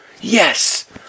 Yes